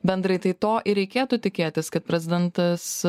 bendrai tai to ir reikėtų tikėtis kad prezidentas